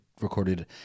recorded